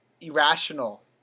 irrational